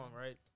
right